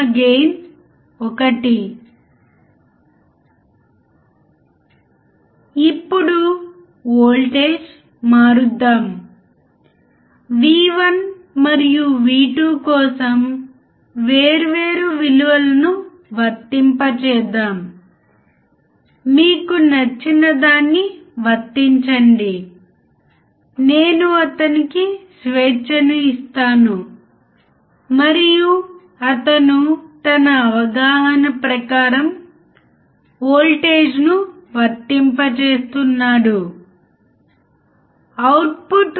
కాబట్టి ఇప్పుడు నాకు ఓల్టేజ్ ఫాలోయర్ ఉన్నట్లయితే ప్రయోగం చేయడానికి మీరు వోల్టేజ్ ఫాలోయర్ సర్క్యూట్ను ఉపయోగించాలి